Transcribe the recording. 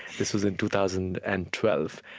this was in two thousand and twelve.